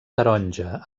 taronja